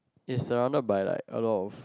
is surround not by like a lot of